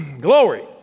Glory